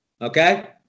Okay